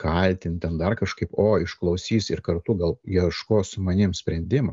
kaltint ten dar kažkaip o išklausys ir kartu gal ieškos su manim sprendimų